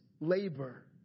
labor